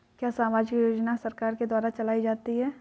क्या सामाजिक योजना सरकार के द्वारा चलाई जाती है?